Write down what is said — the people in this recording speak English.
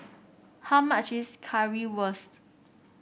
how much is Currywurst